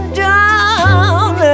down